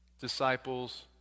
Disciples